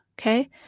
okay